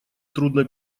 трудно